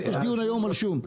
יש דיון היום על שום.